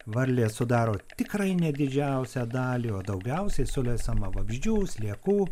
varlės sudaro tikrai ne didžiausią dalį o daugiausiai sulesama vabzdžių sliekų